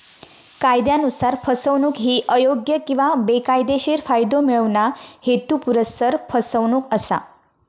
कायदयानुसार, फसवणूक ही अयोग्य किंवा बेकायदेशीर फायदो मिळवणा, हेतुपुरस्सर फसवणूक असा